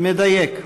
מדייק.